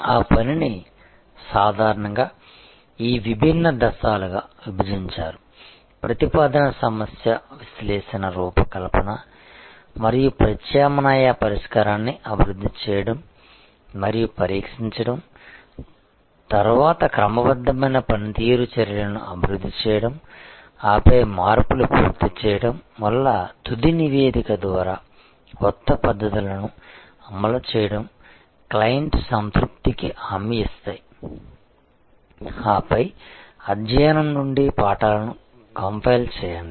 ఆ పనిని సాధారణంగా ఈ విభిన్న దశలుగా విభజించారు ప్రతిపాదన సమస్య విశ్లేషణ రూపకల్పన మరియు ప్రత్యామ్నాయ పరిష్కారాన్ని అభివృద్ధి చేయడం మరియు పరీక్షించడం తరువాత క్రమబద్ధమైన పనితీరు చర్యలను అభివృద్ధి చేయడం ఆపై మార్పులు పూర్తి చేయడం వలన తుది నివేదిక ద్వారా కొత్త పద్ధతులను అమలు చేయడం క్లయింట్ సంతృప్తికి హామీ ఇస్తాయి ఆపై అధ్యయనం నుండి పాఠాలను కంపైల్ చేయండి